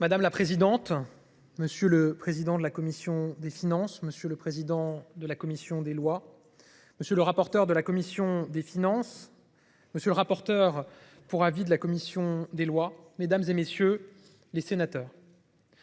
Madame la présidente. Monsieur le président de la commission des finances, monsieur le président de la commission des lois. Monsieur le rapporteur de la commission des finances. Monsieur le rapporteur pour avis de la commission des lois, mesdames et messieurs les sénateurs.